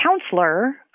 counselor